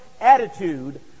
attitude